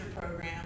program